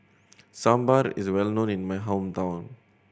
sambar is well known in my hometown